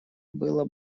было